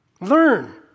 Learn